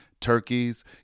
turkeys